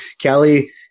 Kelly